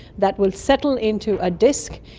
that will settle into a disc,